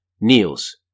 Niels